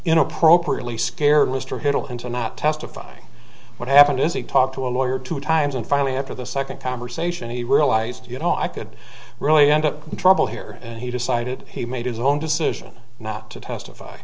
in appropriately scared mr hill into not testifying what happened is he talked to a lawyer two times and finally after the second conversation he realized you know i could really end up in trouble here and he decided he made his own decision not to testify